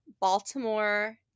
Baltimore